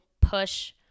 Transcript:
push